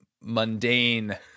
mundane